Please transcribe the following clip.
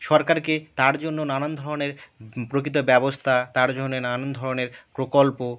সরকারকে তার জন্য নানান ধরনের প্রকৃত ব্যবস্থা তার জন্যে নানান ধরনের প্রকল্প